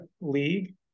league